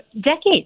decades